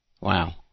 Wow